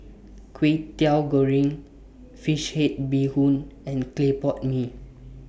Kwetiau Goreng Fish Head Bee Hoon and Clay Pot Mee